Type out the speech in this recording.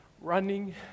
running